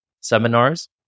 seminars